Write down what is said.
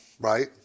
right